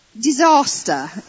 disaster